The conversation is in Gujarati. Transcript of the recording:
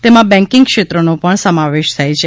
તેમાં બેન્કીંગ ક્ષેત્રનો પણ સમાવેશ થાય છે